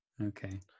Okay